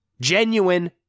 Genuine